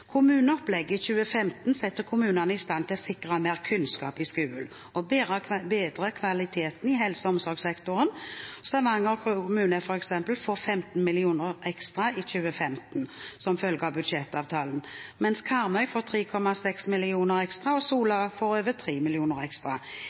Kommuneopplegget i 2015 setter kommunene i stand til å sikre mer kunnskap i skolen og bedre kvaliteten i helse- og omsorgssektoren. Stavanger kommune, f.eks., får 15 mill. kr ekstra i 2015 som følge av budsjettavtalen, mens Karmøy får 3,6 mill. kr ekstra, og